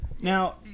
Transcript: Now